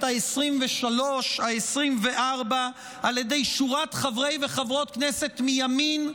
העשרים-ושלוש והעשרים-וארבע על ידי שורת חברי וחברות כנסת מימין,